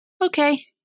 Okay